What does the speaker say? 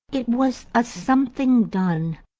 it was a something done,